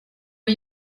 are